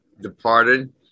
departed